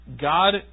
God